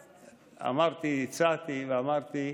הצעתי ואמרתי להם: